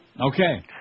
Okay